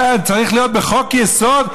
זה צריך להיות בחוק-יסוד?